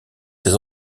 ces